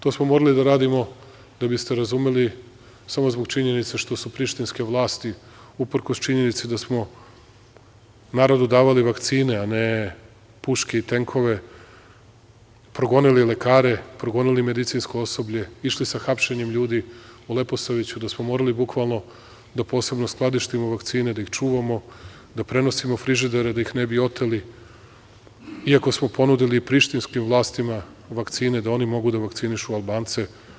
To smo morali da radimo, da biste razumeli, samo zbog činjenice što su prištinske vlasti uprkos činjenici da smo narodu davali vakcine, a ne puške i tenkove progonili lekare, progonili medicinsko osoblje, išli sa hapšenjem ljudi u Leposaviću, da smo morali bukvalno da posebno skladištimo vakcine, da ih čuvamo, da prenosimo frižidere da ih ne bi oteli iako smo ponudili prištinskim vlastima vakcine da oni mogu da vakcinišu Albance.